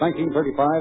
1935